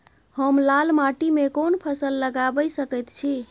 हम लाल माटी में कोन फसल लगाबै सकेत छी?